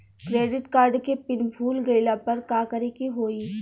Credit card के PIN भूल गईला पर का करे के होई?